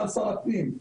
סגן שר הפנים,